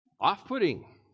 off-putting